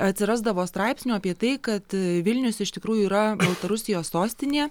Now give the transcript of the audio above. atsirasdavo straipsnių apie tai kad vilnius iš tikrųjų yra baltarusijos sostinė